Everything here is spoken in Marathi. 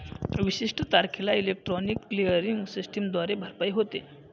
विशिष्ट तारखेला इलेक्ट्रॉनिक क्लिअरिंग सिस्टमद्वारे भरपाई होते